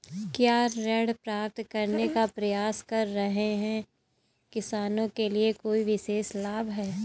क्या ऋण प्राप्त करने का प्रयास कर रहे किसानों के लिए कोई विशेष लाभ हैं?